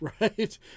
right